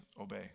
obey